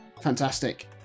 Fantastic